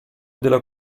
della